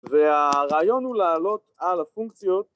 והרעיון הוא לעלות על הפונקציות